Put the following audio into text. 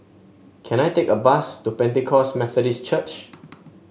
can I take a bus to Pentecost Methodist Church